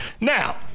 Now